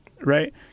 right